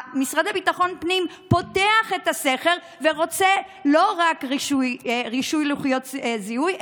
המשרד לביטחון פנים פותח את הסכר ורוצה לא רק רישוי לוחיות זיהוי,